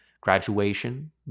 graduation